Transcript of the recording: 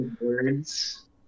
words